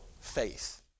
faith